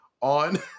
on